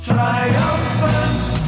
Triumphant